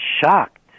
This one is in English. shocked